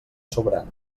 sobrant